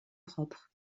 propre